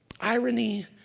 Irony